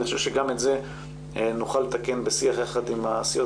אני חושב שגם את זה נוכל לתקן בשיח יחד עם הסיעות.